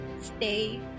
Stay